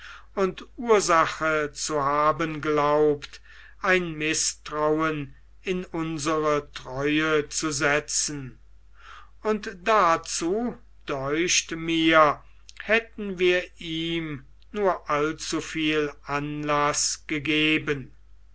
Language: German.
und ursache zu haben glaubt ein mißtrauen in unsere treue zu setzen und dazu däucht mir hätten wir ihm nur allzuviel anlaß gegeben